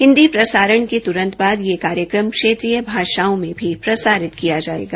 हिन्दी प्रसारण के त्ररंत बाद यह कार्यकम क्षेत्रीय भाषाओं में प्रसारित किया जायेगा